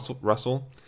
Russell